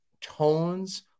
tones